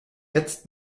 jetzt